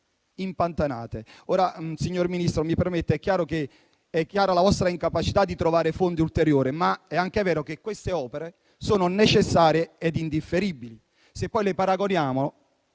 impantanate. Signor Ministro: mi permetta: è chiara la vostra incapacità di trovare fondi ulteriori, ma è anche vero che queste opere sono necessarie ed indifferibili, se le paragoniamo